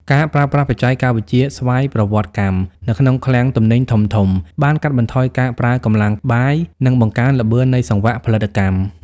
ការប្រើប្រាស់បច្ចេកវិទ្យាស្វ័យប្រវត្តិកម្ម នៅក្នុងឃ្លាំងទំនិញធំៗ បានកាត់បន្ថយការប្រើកម្លាំងបាយ និងបង្កើនល្បឿននៃសង្វាក់ផលិតកម្ម។